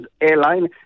airline